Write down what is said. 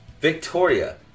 Victoria